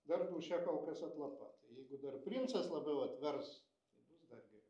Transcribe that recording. dar dūšia kol kas atlapa tai jeigu dar princas labiau atvers tai bus dar geriau